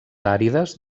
àrides